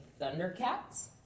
Thundercats